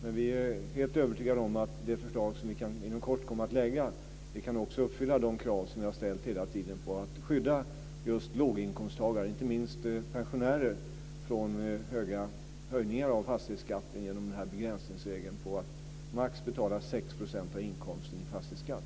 Vi är dock helt övertygade om att det förslag som vi inom kort lägger fram också uppfyller de krav som vi hela tiden har ställt på att skydda låginkomsttagare, inte minst pensionärer, från stora höjningar av fastighetsskatten genom begränsningsregeln om att maximalt betala 6 % av inkomsten i fastighetsskatt.